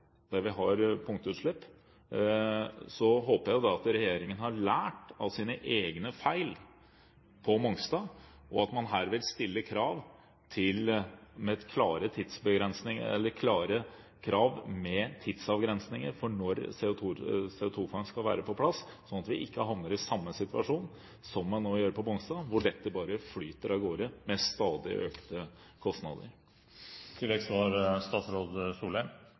der vi har punktutslipp, håper jeg jo at regjeringen har lært av sine egne feil på Mongstad, og at man her vil stille klare krav med tidsavgrensninger for når CO2-fangst skal være på plass, sånn at vi ikke havner i samme situasjon som man nå gjør på Mongstad, hvor dette bare flyter av gårde med stadig økte kostnader.